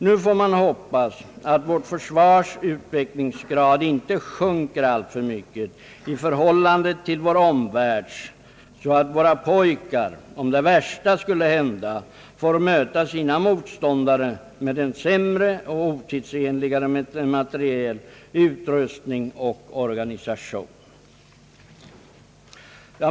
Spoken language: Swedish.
Man får hoppas att vårt försvars utvecklingsgrad inte sjunker alltför mycket i förhållande till vår omvärlds, så att våra pojkar — om det värsta skulle hända — får möta sina motståndare med en sämre och mera otidsenlig materiel, utrustning och organisation.